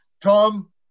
Tom